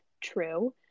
true